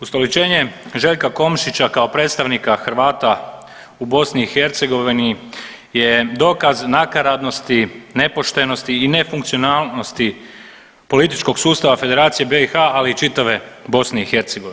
Ustoličenje Željka Komšića kao predstavnika Hrvata u BiH je dokaz nakaradnosti, nepoštenosti i nefunkcionalnosti političkog sustava Federacije BiH, ali i čitave BiH.